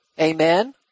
Amen